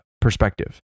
perspective